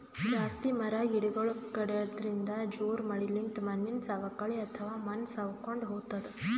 ಜಾಸ್ತಿ ಮರ ಗಿಡಗೊಳ್ ಕಡ್ಯದ್ರಿನ್ದ, ಜೋರ್ ಮಳಿಲಿಂತ್ ಮಣ್ಣಿನ್ ಸವಕಳಿ ಅಥವಾ ಮಣ್ಣ್ ಸವಕೊಂಡ್ ಹೊತದ್